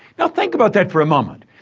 now think about that for a moment.